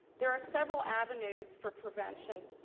there are several avenues for prevention,